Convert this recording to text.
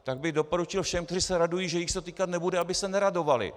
Tak bych doporučil všem, kteří se radují, že jich se to týkat nebude, aby se neradovali.